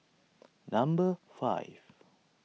number five